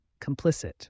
Complicit